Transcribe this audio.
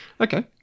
Okay